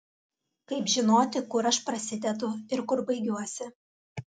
kaip žinoti kur aš prasidedu ir kur baigiuosi